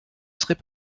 serait